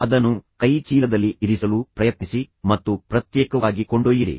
ಅದನ್ನು ಕೈ ಚೀಲದಲ್ಲಿ ಇರಿಸಲು ಪ್ರಯತ್ನಿಸಿ ಮತ್ತು ಅದನ್ನು ಪ್ರತ್ಯೇಕವಾಗಿ ಕೊಂಡೊಯ್ಯಿರಿ